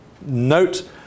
note